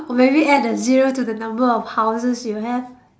or maybe add the zero to the number of houses you have